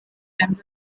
general